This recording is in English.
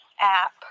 app